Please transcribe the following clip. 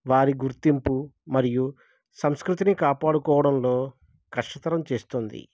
వారి గుర్తింపు మరియు సంస్కృతిని కాపాడుకోవడంలో కష్టతరం చేస్తుంది